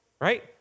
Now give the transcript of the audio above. right